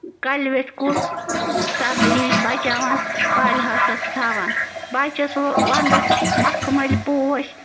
کَلہِ ویٚٹھۍ کُل سردی نِش بَچاوان پالہِ ہاوسَس تھاوان بہٕ حظ چھَس وۄنۍ وَنٛدس مخمٔلۍ پوش